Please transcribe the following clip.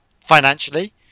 financially